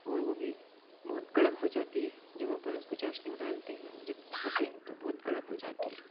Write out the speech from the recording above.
और वो भी बहुत कड़क हो जाती है जब अपन उसको चाशनी में डालते हैं और जब खाते हैं तो बहुत कड़क हो जाती है